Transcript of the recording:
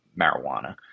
marijuana